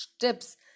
tips